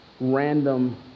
random